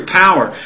power